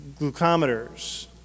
glucometers